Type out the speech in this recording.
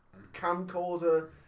camcorder